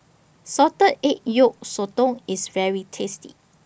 Salted Egg Yolk Sotong IS very tasty